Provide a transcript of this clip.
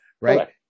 Right